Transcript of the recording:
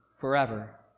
forever